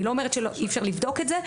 אני לא אומרת שאי אפשר לבדוק את זה.